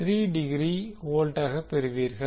3 degree வோல்ட்டாகப் பெறுவீர்கள்